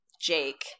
jake